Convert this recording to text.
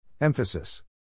Emphasis